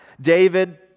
David